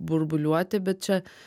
burbuliuoti bet čia